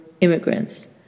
immigrants